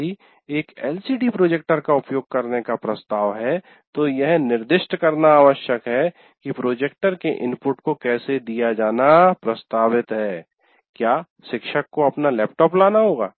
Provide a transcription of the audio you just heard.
यदि एक LCD projector का उपयोग करने का प्रस्ताव है तो यह निर्दिष्ट करना आवश्यक है कि प्रोजेक्टर के इनपुट को कैसे दिया जाना प्रस्तावित है क्या शिक्षक को अपना लैपटॉप लाना होगा